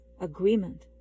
agreement